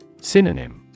Synonym